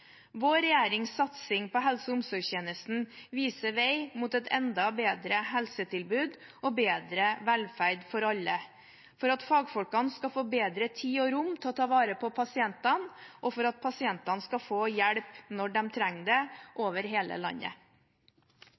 Vår regjerings satsing på helse- og omsorgstjenesten viser vei mot et enda bedre helsetilbud og bedre velferd for alle, for at fagfolkene skal få bedre tid og rom til å ta vare på pasientene, og for at pasientene skal få hjelp når de trenger det, over hele landet.